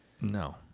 No